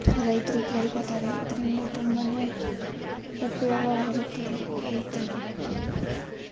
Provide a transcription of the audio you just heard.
ರೈತರು ಕೇಳ್ಕೋತಾರೆ ಇದರಿಂದ ತುಂಬನೇ ಉಪಯೋಗವಾಗುತ್ತದೆ ರೈತರಿಗೆ